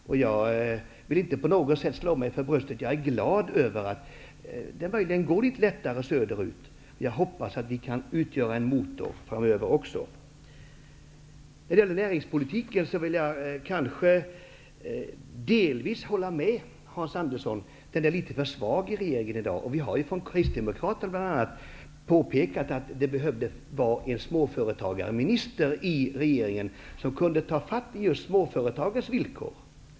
Jag vill inte på något sätt slå mig för bröstet. Jag är glad över att situationen är litet lättare söder ut. Jag hoppas att vi även framöver kan utgöra en motor. Vidare har vi frågan om näringspolitiken. Jag vill delvis hålla med Hans Andersson. Intresset för näringspolitiken är litet för svag i regeringen i dag. Vi har från kristdemokraterna påpekat att det behövs en småföretagarminister i regeringen som kan bevaka just småföretagens villkor.